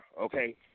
okay